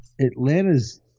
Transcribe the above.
Atlanta's